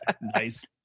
Nice